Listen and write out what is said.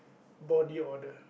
body odour